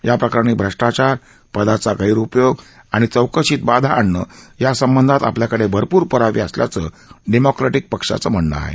या प्रकरणी श्रष्टाचार पदाचा गैरउपयोग आणि चौकशीत बाधा आणणे या संबंधात आपल्याकडे भरपूर पूरावे असल्याचं डेमोक्रॅपिक पक्षाचं म्हणणं आहे